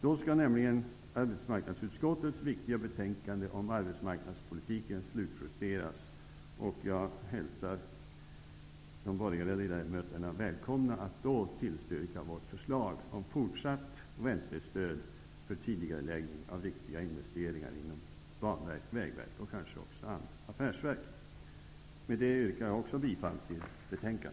Då skall nämligen arbetsmarknadsutskottets viktiga betänkande om arbetsmarknadspolitiken slutjusteras, och jag hälsar de borgerliga ledamöterna välkomna att då tillstyrka vårt förslag om fortsatt räntestöd för tidigareläggning av viktiga investeringar inom Banverket, Vägverket och kanske också inom affärsverken. Med detta yrkar också jag bifall till utskottets hemställan.